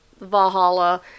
Valhalla